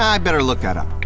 i better look that up.